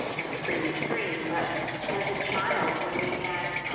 that's pretty extreme, but as a child, when we had